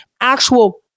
actual